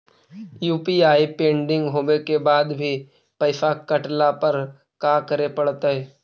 UPI pending होवे के बाद भी पैसा कटला पर का करे पड़तई?